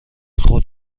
خود